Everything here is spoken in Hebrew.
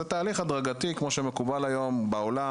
זה תהליך הדרגתי כמו שמקובל היום בעולם,